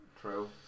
True